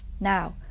now